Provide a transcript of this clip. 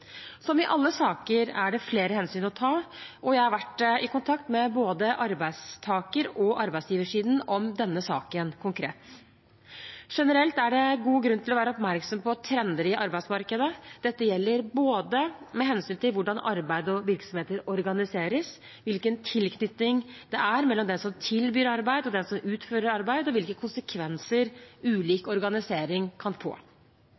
Som i alle saker er det flere hensyn å ta, og jeg har vært i kontakt med både arbeidstaker- og arbeidsgiversiden om denne saken konkret. Generelt er det god grunn til å være oppmerksom på trender i arbeidsmarkedet. Dette gjelder både med hensyn til hvordan arbeid og virksomheter organiseres, hvilken tilknytning det er mellom den som tilbyr arbeid, og den som utfører arbeid, og hvilke konsekvenser ulik organisering kan få.